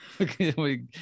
Okay